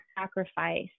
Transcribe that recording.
sacrifice